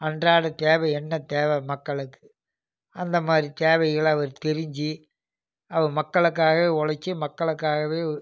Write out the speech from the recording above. அன்றாட தேவை என்ன தேவை மக்களுக்கு அந்த மாதிரி தேவைகளை அவர் தெரிஞ்சு அவர் மக்களுக்காகவே உழைச்சி மக்களுக்காகவே